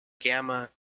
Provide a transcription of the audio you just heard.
Gamma